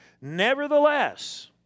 Nevertheless